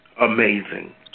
amazing